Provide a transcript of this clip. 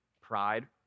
pride